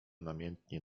namiętnie